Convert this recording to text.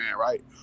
right